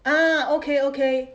ah okay okay